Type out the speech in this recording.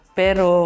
pero